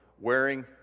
wearing